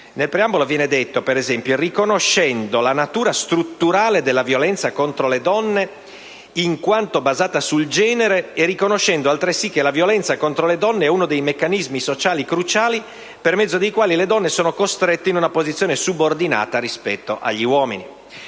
lo stesso. Si legge, per esempio: «Riconoscendo la natura strutturale della violenza contro le donne, in quanto basata sul genere, e riconoscendo altresì che la violenza contro le donne è uno dei meccanismi sociali cruciali per mezzo dei quali le donne sono costrette in una posizione subordinata rispetto agli uomini».